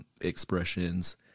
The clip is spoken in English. expressions